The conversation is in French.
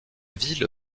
ville